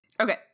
Okay